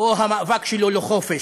או את המאבק שלו לחופש,